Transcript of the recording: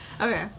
Okay